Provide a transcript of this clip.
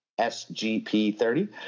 SGP30